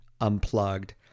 Unplugged